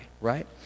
right